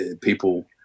people